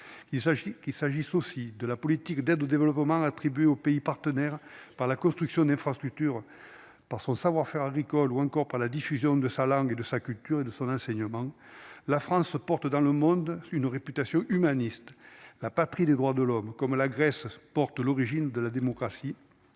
qu'il s'agisse aussi de la politique d'aide au développement aux pays partenaires par la construction d'infrastructures par son savoir-faire agricole ou encore par la diffusion de sa langue et de sa culture et de son enseignement, la France se porte dans le monde une réputation humaniste, la patrie des droits de l'homme, comme la Grèce, porte l'origine de la démocratie